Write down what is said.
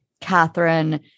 Catherine